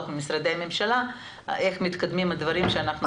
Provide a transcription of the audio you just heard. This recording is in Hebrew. ממשרדי הממשלה איך מתקדמים הדברים שאנחנו מחוקקים.